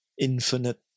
infinite